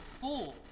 fool